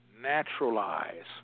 naturalize